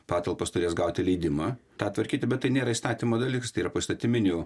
patalpos turės gauti leidimą tą tvarkyti bet tai nėra įstatymo dalykas tai yra poįstatyminių